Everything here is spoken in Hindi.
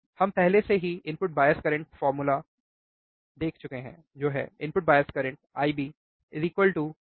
हम पहले से ही input bias current formula input bias current I IB